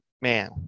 man